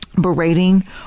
berating